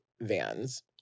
vans